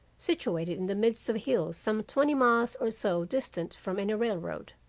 situated in the midst of hills some twenty miles or so distant from any railroad,